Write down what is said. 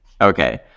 okay